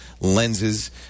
lenses